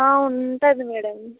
ఉంటుంది మేడమ్